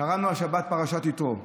קראנו השבת את פרשת יתרו,